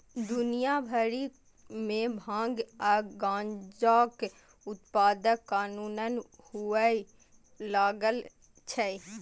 दुनिया भरि मे भांग आ गांजाक उत्पादन कानूनन हुअय लागल छै